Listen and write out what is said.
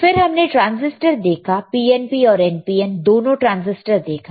फिर हमने ट्रांजिस्टर देखा PNP और NPN दोनों ट्रांसिस्टर देखा है